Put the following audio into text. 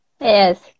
Yes